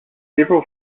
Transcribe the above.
several